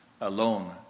alone